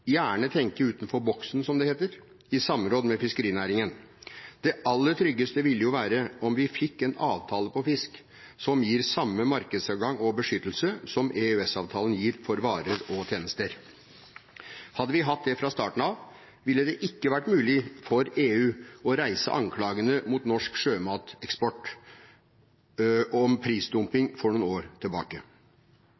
gjerne tenke utenfor boksen, som det heter, i samråd med fiskerinæringen? Det aller tryggeste ville jo være om vi fikk en avtale på fisk som gir samme markedsadgang og beskyttelse som EØS-avtalen gir for varer og tjenester. Hadde vi hatt det fra starten av, ville det ikke vært mulig for EU å reise anklagene mot norsk sjømateksport om